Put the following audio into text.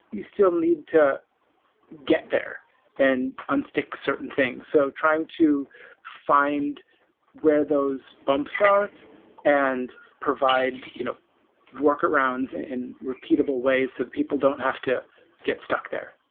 you still need to get there and unstick certain things. so trying to find where those bumps are and provide you know workarounds in repeatable ways so that people don't have to get stuck there.